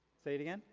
say it again.